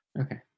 okay